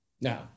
Now